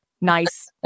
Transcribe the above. nice